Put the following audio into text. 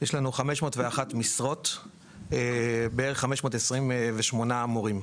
יש לנו 501 משרות, ובערך 528 מורים.